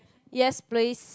yes please